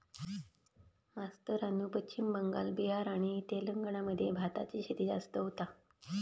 मास्तरानू पश्चिम बंगाल, बिहार आणि तेलंगणा मध्ये भाताची शेती जास्त होता